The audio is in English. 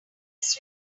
just